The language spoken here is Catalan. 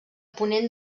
ponent